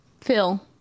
Phil